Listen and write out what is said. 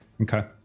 Okay